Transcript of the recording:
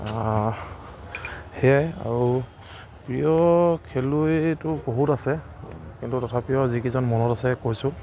সেয়াই আৰু প্ৰিয় খেলুৱৈতো বহুত আছে কিন্তু তথাপিও যিকেইজন মনত আছে কৈছোঁ